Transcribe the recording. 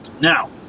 now